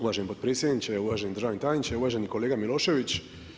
Uvaženi potpredsjedniče, uvaženi državni tajniče, uvaženi kolega Milošević.